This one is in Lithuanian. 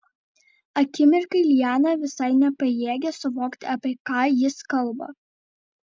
akimirką liana visai nepajėgė suvokti apie ką jis kalba